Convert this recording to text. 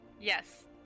Yes